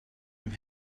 have